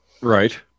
Right